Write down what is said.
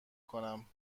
کنم